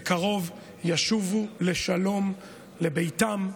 בקרוב הם ישובו בשלום לביתם,